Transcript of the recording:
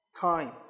time